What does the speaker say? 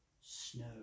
snow